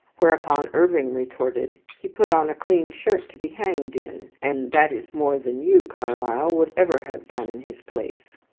whereupon irving retorted he put on a clean shirt to be hanged in, and that is more than you, carlyle, would ever have done in his place.